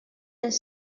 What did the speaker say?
anys